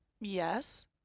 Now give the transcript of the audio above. Yes